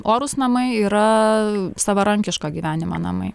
orūs namai yra savarankiško gyvenimo namai